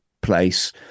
place